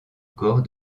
encore